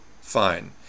fine